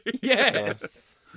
Yes